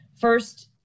First